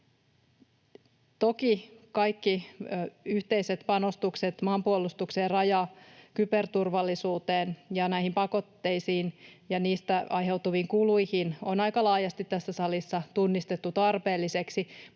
Toki kaikki yhteiset panostukset maanpuolustukseen, raja- ja kyberturvallisuuteen ja näihin pakotteisiin ja niistä aiheutuviin kuluihin on aika laajasti tässä salissa tunnistettu tarpeellisiksi,